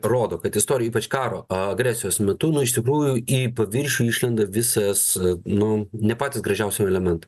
rodo kad istorija ypač karo agresijos metu nu iš tikrųjų į paviršių išlenda visas nu ne patys gražiausi elementai